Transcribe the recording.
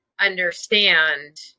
understand